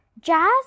Jazz